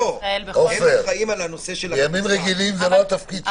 בימים רגילים זה לא התפקיד שלהם.